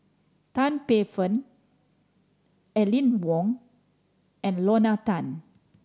Tan Paey Fern Aline Wong and Lorna Tan